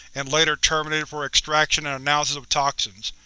and later terminated for extraction and analysis of toxins.